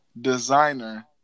designer